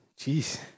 Jeez